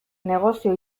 negozio